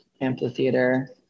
Amphitheater